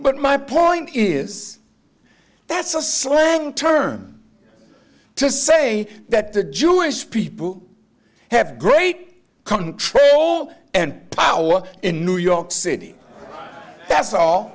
but my point is that's a slang term to say that the jewish people have great control and power in new york city that's all